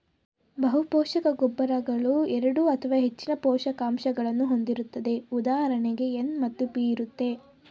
ಬಹುಪೋಷಕ ಗೊಬ್ಬರಗಳು ಎರಡು ಅಥವಾ ಹೆಚ್ಚಿನ ಪೋಷಕಾಂಶಗಳನ್ನು ಹೊಂದಿರುತ್ತದೆ ಉದಾಹರಣೆಗೆ ಎನ್ ಮತ್ತು ಪಿ ಇರುತ್ತೆ